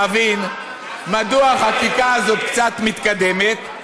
להבין מדוע החקיקה הזאת קצת מתקדמת,